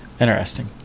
Interesting